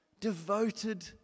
Devoted